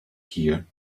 here